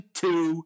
two